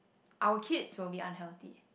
our kids will be unhealthy